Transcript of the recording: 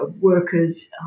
Workers